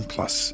Plus